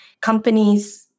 companies